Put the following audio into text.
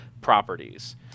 properties